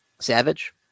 Savage